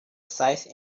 size